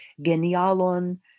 Genialon